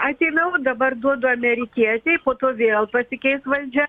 atėmiau dabar duodu amerikietei po to vėl pasikeis valdžia